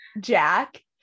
Jack